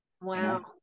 wow